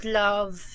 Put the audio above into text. love